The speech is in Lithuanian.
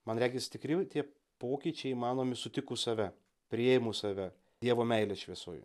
man regis tikri tie pokyčiai įmanomi sutikus save priėmus save dievo meilės šviesoj